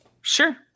Sure